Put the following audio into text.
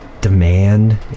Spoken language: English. demand